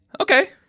Okay